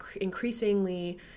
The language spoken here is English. increasingly